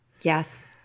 Yes